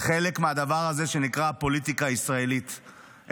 חלק מהדבר הזה שנקרא פוליטיקה ישראלית.